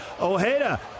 Ojeda